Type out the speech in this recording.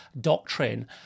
doctrine